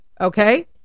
okay